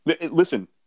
listen